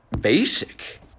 basic